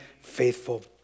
faithful